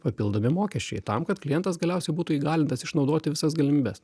papildomi mokesčiai tam kad klientas galiausiai būtų įgalintas išnaudoti visas galimybes